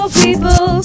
people